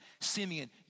Simeon